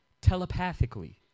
telepathically